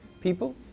People